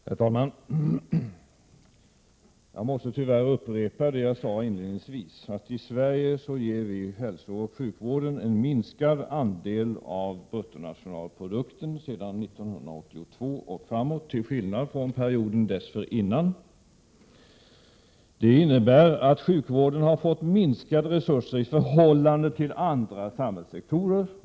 Herr talman! Jag måste tyvärr upprepa det jag sade inledningsvis, nämligen att vi i Sverige ger hälsooch sjukvården en minskad andel av bruttonationalprodukten sedan 1982 och framåt, till skillnad från perioden dessförinnan. Det innebär att sjukvården har fått minskade resurser i förhållande till andra samhällssektorer.